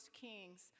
Kings